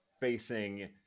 facing